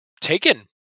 taken